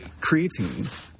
creatine